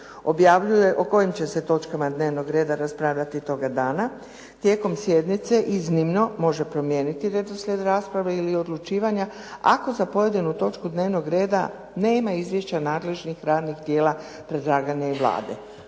objavljuje o kojim će se točkama dnevnog reda raspravljati toga dana. Tijekom sjednice, iznimno, može promijeniti redoslijed rasprave ili odlučivati, ako za pojedinu točku dnevnog reda nema izvješća nadležnih radnih tijela, predlaganja i Vlade.